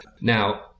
Now